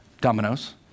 Dominoes